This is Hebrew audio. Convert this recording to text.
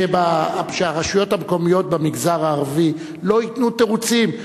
שהרשויות המקומיות במגזר הערבי לא ייתנו תירוצים.